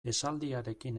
esaldiarekin